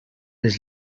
les